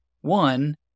One